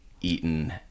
eaten